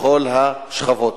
בכל השכבות.